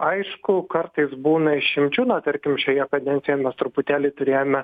aišku kartais būna išimčių na tarkim šioje kadencijoje mes truputėlį turėjome